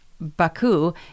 Baku